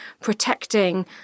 protecting